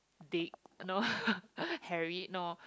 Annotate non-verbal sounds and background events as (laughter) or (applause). Dick no (laughs) Harry no